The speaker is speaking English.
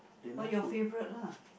what your favourite lah